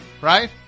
right